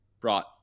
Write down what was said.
brought